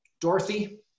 Dorothy